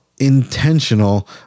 intentional